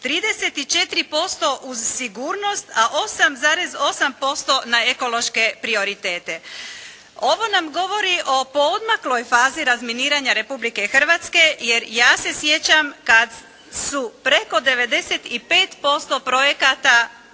34% uz sigurnost, a 8,8% na ekološke prioritete. Ovo nam govori o poodmakloj fazi razminiranja Republike Hrvatske, jer ja se sjećam kad su preko 95% projekata